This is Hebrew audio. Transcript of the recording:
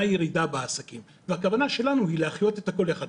ירידה בעסקים והכוונה שלנו להחיות את הכול ביחד,